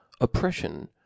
oppression